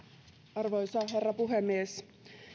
arvoisa herra puhemies